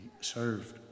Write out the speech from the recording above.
served